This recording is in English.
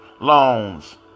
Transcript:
loans